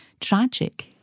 tragic